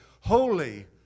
Holy